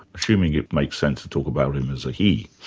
assuming it makes sense to talk about him as a he.